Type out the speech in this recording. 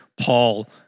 Paul